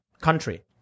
country